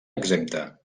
exempta